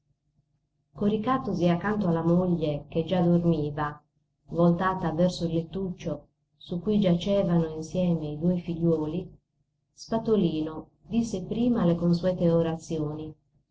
bianca coricatosi accanto alla moglie che già dormiva voltata verso il lettuccio su cui giacevano insieme i due figliuoli spatolino disse prima le consuete orazioni